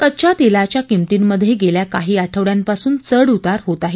कच्च्या तेलाच्या किंमतींमधे गेल्या काही आठवडयांपासून चढउतार होत आहेत